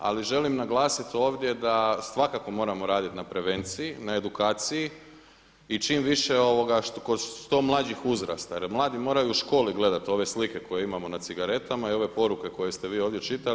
Ali želim naglasit ovdje da svakako moramo radit na prevenciji, na edukaciji i čim više kod što mlađih uzrasta, jer mladi moraju u školi gledati ove slike koje imamo na cigaretama i ove poruke koje ste vi ovdje čitali.